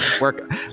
work